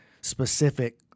specific